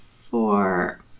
four